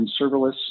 serverless